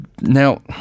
Now